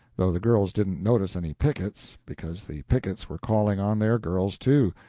though the girls didn't notice any pickets, because the pickets were calling on their girls, too,